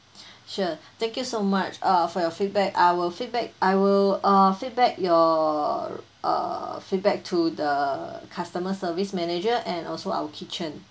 sure thank you so much uh for your feedback I will feedback I will uh feedback your uh feedback to the customer service manager and also our kitchen